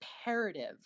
imperative